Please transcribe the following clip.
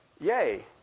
yay